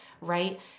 Right